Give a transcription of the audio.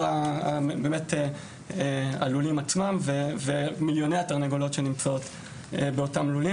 הלולים ומיליוני התרנגולות שנמצאות בהם.